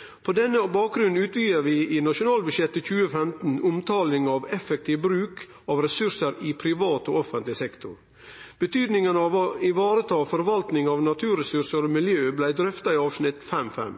på alle områder». Finansministeren skriv vidare: «På denne bakgrunn utvidet vi i Nasjonalbudsjettet 2015 omtalen av effektiv bruk av ressurser i privat og offentlig sektor. Betydningen av å ivareta forvaltning av naturressurser og miljø ble drøftet i avsnitt 5.5.